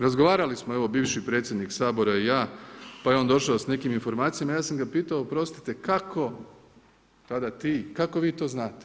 Razgovarali smo, evo bivši predsjednik Sabora i ja, pa je on došao s nekim informacijama, ja sam ga pitao: oprostite, kako tada ti, kako vi to znate?